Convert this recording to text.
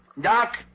Doc